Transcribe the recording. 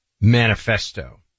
manifesto